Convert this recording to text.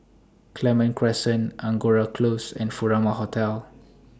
Clementi Crescent Angora Close and Furama Hotel